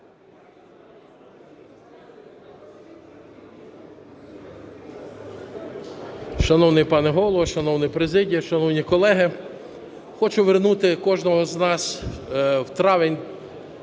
Шановний пане Голово, шановна президія, шановні колеги! Хочу вернути кожного з нас в травень